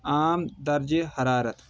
عام درجہٕ حرارت